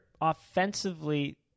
offensively